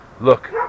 Look